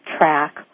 Track